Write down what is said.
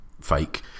fake